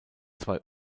zwei